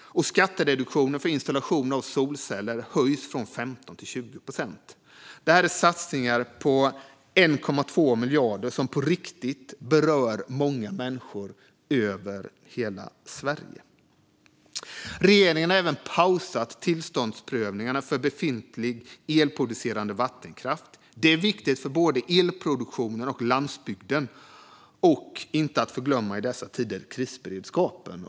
Skattereduktionen för installation av solceller höjs från 15 till 20 procent. Detta är satsningar på 1,2 miljarder som på riktigt berör många människor över hela Sverige. Regeringen har även pausat tillståndsprövningarna för befintlig elproducerande vattenkraft. Detta är viktigt för både elproduktionen och landsbygden och, inte att förglömma i dessa tider, krisberedskapen.